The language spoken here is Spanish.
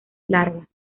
largas